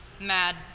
mad